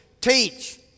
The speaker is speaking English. Teach